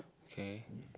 K